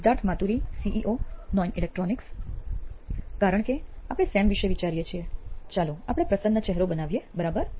Siddharth Maturi CEO નોઇન electronics કારણ કે આપણે સેમ વિષે વિચારીએ છીએ ચાલો આપણે પ્રસન્ન ચહેરો બનાવીએ બરાબર